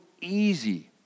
easy